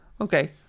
okay